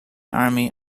army